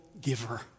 giver